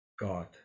God